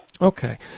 Okay